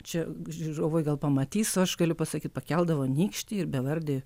čia žiūrovai gal pamatys o aš galiu pasakyt pakeldavo nykštį ir bevardį